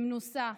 במנוסה,